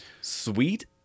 sweet